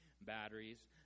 batteries